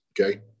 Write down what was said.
Okay